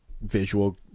visual